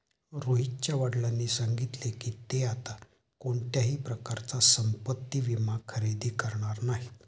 रोहितच्या वडिलांनी सांगितले की, ते आता कोणत्याही प्रकारचा संपत्ति विमा खरेदी करणार नाहीत